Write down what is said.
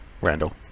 Randall